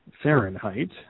Fahrenheit